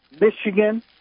Michigan